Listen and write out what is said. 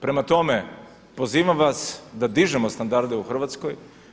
Prema tome, pozivam vas da dižemo standarde u Hrvatskoj.